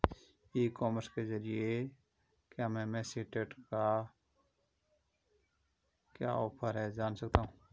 ई commerce के ज़रिए क्या मैं मेसी ट्रैक्टर का क्या ऑफर है जान सकता हूँ?